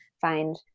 find